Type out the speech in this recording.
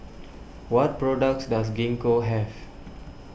what products does Gingko have